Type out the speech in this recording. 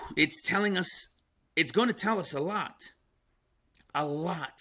it's telling us it's going to tell us a lot a lot